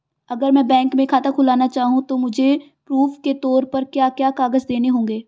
अगर मैं बैंक में खाता खुलाना चाहूं तो मुझे प्रूफ़ के तौर पर क्या क्या कागज़ देने होंगे?